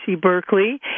Berkeley